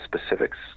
specifics